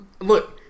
Look